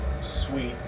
sweet